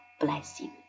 blessing